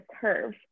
curve